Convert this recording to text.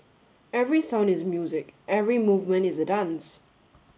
every sound is music every movement is a dance